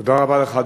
תודה רבה לך.